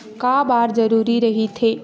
का बार जरूरी रहि थे?